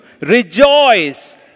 Rejoice